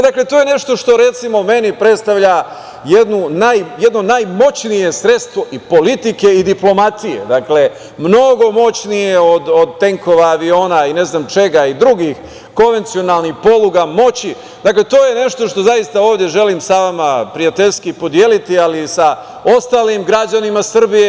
Dakle, to je nešto što meni predstavlja jedno najmoćnije sredstvo politike i diplomatije, dakle, mnogo moćnije od tenkova, aviona i ne znam čeka i drugih konvencionalnih poluga moći, dakle, to je nešto što zaista ovde želim sa vama prijateljski podeliti ali i sa ostalim građanima Srbije.